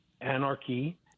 anarchy